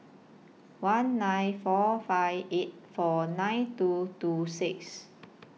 one nine four five eight four nine two two six